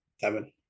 Seven